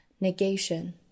Negation